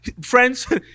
friends